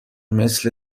مثل